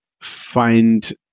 find